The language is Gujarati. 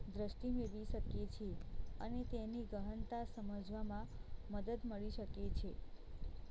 દૃષ્ટિ મેળવી શકીએ છીએ અને તેની ગહનતા સમજવામાં મદદ મળી શકે છે